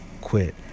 quit